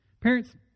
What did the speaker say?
Parents